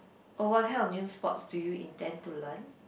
oh what kind of new sports do you intend to learn